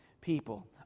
people